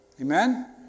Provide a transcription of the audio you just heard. Amen